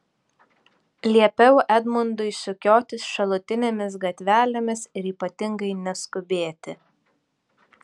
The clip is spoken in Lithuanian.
liepiau edmundui sukiotis šalutinėmis gatvelėmis ir ypatingai neskubėti